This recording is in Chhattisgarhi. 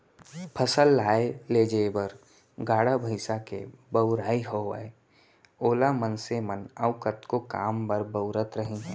फसल लाए लेजे बर गाड़ा भईंसा के बउराई होवय ओला मनसे मन अउ कतको काम बर बउरत रहिन हें